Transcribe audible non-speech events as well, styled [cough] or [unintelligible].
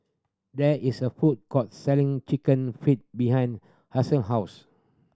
there is a food court selling Chicken Feet behind [unintelligible] house